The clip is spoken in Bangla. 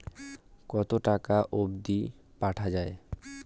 কতো টাকা অবধি পাঠা য়ায়?